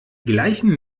gleichen